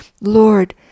Lord